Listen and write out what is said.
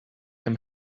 them